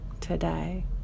today